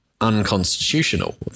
unconstitutional